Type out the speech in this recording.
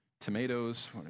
Tomatoes